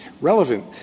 relevant